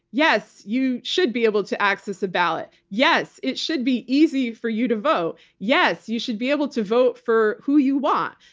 yes, you should be able to access a ballot. yes, it should be easy for you to vote. yes, you should be able to vote for who you want.